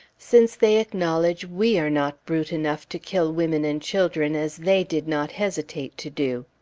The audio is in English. since they acknowledge we are not brute enough to kill women and children as they did not hesitate to do.